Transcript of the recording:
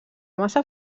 massa